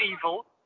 evil